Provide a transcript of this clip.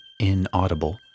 inaudible